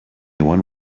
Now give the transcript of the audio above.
one